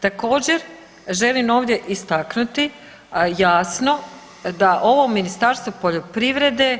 Također želim ovdje istaknuti jasno da ovo Ministarstvo poljoprivrede